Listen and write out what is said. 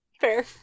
Fair